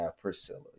Priscilla